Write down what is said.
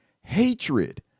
hatred